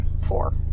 four